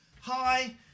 hi